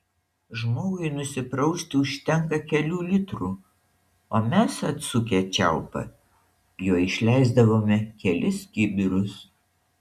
žmogui nusiprausti užtenka kelių litrų o mes atsukę čiaupą jo išleisdavome kelis kibirus